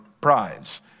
Prize